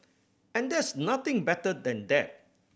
and there's nothing better than that